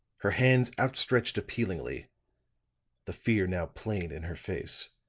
her hands outstretched appealingly the fear now plain in her face.